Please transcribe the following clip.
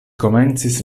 komencis